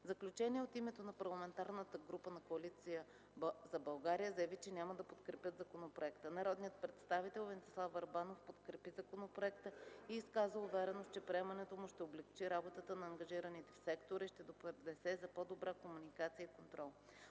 заключение от името на парламентарната група на Коалиция за България заяви, че няма да подкрепят законопроекта. Народният представител Венцислав Върбанов подкрепи законопроекта и изказа увереност, че приемането му ще облекчи работата на ангажираните в сектора и ще допринесе за по-добра комуникация и контрол.